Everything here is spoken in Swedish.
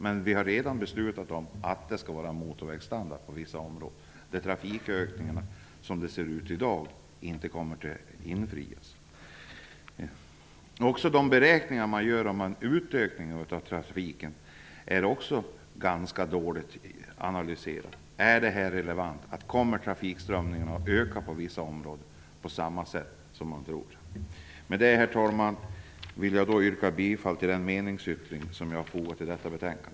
Men vi har redan beslutat att det skall vara motorvägsstandard på vissa områden där trafikökningarna som det ser ut i dag inte kommer att infrias. Men också de beräkningar man gör om utökningar av trafiken är ganska dåligt analyserade. Är det här relevant? Kommer trafikströmningarna i vissa områden att öka på samma sätt som man tror? Med detta, herr talman, vill jag yrka bifall till den meningsyttring som jag har fogat till detta betänkande.